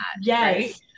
Yes